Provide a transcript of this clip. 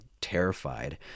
terrified